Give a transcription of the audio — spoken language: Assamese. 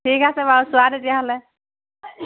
ঠিক আছে বাৰু চোৱা তেতিয়াহ'লে